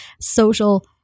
social